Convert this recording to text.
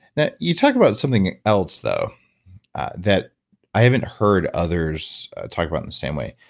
now, you talk about something else though that i haven't heard others talk about in the same way.